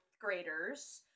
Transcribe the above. graders